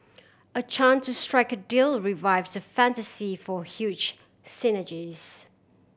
a chance to strike a deal revives the fantasy for huge synergies